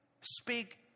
Speak